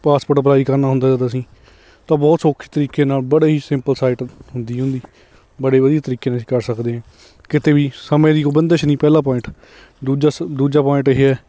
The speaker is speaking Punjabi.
ਪਾਸਪੋਰਟ ਅਪਲਾਈ ਕਰਨਾ ਹੁੰਦਾ ਜਿੱਦਾਂ ਅਸੀਂ ਤਾਂ ਬਹੁਤ ਸੌਖੇ ਤਰੀਕੇ ਨਾਲ ਬੜੇ ਹੀ ਸਿੰਪਲ ਸਾਈਟ ਹੁੰਦੀ ਉਹਦੀ ਬੜੇ ਵਧੀਆ ਤਰੀਕੇ ਨਾਲ ਅਸੀਂ ਕਰ ਸਕਦੇ ਹਾਂ ਕਿਤੇ ਵੀ ਸਮੇਂ ਦੀ ਕੋਈ ਬੰਦਿਸ਼ ਨਹੀਂ ਪਹਿਲਾ ਪੁਆਇੰਟ ਦੂਜਾ ਸ ਦੂਜਾ ਪੁਆਇੰਟ ਇਹ ਆ